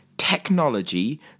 Technology